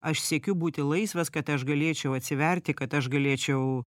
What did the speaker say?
aš siekiu būti laisvas kad aš galėčiau atsiverti kad aš galėčiau